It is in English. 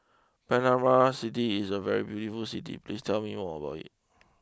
Panama City is a very beautiful City please tell me more about it